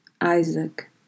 Isaac